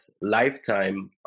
lifetime